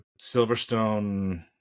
Silverstone